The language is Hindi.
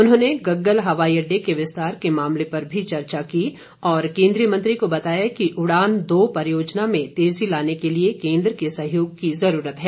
उन्होंने गम्गल हवाई अड्डे के विस्तार के मामले पर भी चर्चा की और केंद्रीय मंत्री को बताया कि उड़ान दो परियोजना में तेजी लाने के लिए केंद्र के सहयोग की जरूरत है